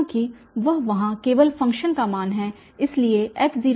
क्योंकि वह वहाँ केवल फ़ंक्शन का मान है इसलिए f0e01